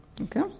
Okay